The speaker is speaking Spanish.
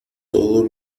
todos